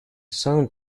sound